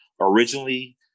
Originally